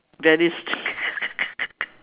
very